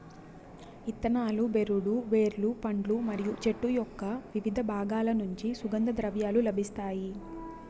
ఇత్తనాలు, బెరడు, వేర్లు, పండ్లు మరియు చెట్టు యొక్కవివిధ బాగాల నుంచి సుగంధ ద్రవ్యాలు లభిస్తాయి